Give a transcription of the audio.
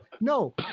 No